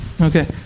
Okay